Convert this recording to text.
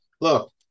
Look